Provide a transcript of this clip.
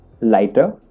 lighter